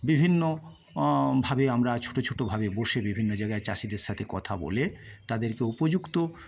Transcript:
বিভিন্ন ভাবে আমরা ছোটো ছোটো ভাবে বসে বিভিন্ন জায়গায় চাষীদের সাথে কথা বলে তাদেরকে উপযুক্ত